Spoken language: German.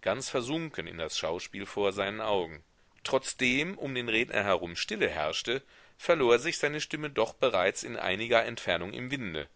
ganz versunken in das schauspiel vor seinen augen trotzdem um den redner herum stille herrschte verlor sich seine stimme doch bereits in einiger entfernung im winde